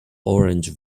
orange